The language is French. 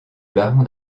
baron